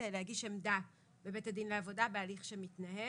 להגיש עמדה בבית הדין לעבודה בהליך שמתנהל.